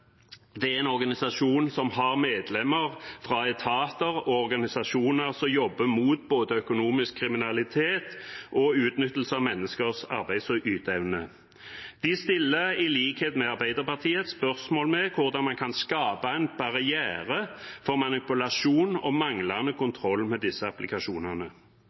Det er en organisasjon som har medlemmer fra etater og organisasjoner som jobber imot både økonomisk kriminalitet og utnyttelse av menneskers arbeids- og yteevne. De stiller i likhet med Arbeiderpartiet spørsmål ved hvordan man kan skape en barriere for manipulasjon og manglende kontroll med disse applikasjonene.